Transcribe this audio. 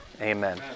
amen